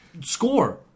score